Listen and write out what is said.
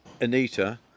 Anita